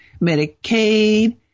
Medicaid